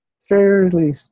fairly